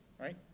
right